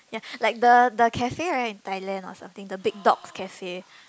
ya like the the cafe right in Thailand or something the Big Dog Cafe